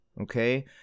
okay